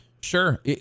Sure